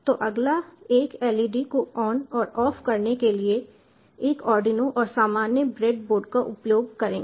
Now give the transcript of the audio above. तो अगला एक LED को ऑन और ऑफ करने के लिए एक आर्डिनो और सामान्य ब्रेड बोर्ड का उपयोग करेंगे